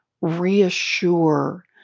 reassure